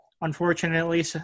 Unfortunately